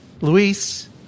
Luis